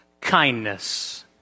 kindness